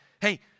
hey